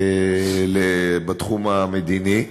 בתחום המדיני.